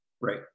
Right